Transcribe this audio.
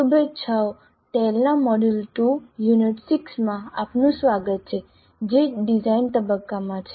શુભેચ્છાઓ TALE ના module 2 unit 6 માં આપનું સ્વાગત છે જે ડિઝાઇન તબક્કામાં છે